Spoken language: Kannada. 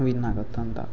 ವಿನ್ ಆಗತ್ತೆ ಅಂತ